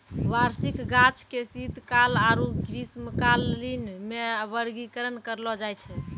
वार्षिक गाछ के शीतकाल आरु ग्रीष्मकालीन मे वर्गीकरण करलो जाय छै